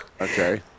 Okay